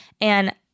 and-